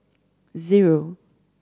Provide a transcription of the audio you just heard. zero